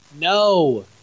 No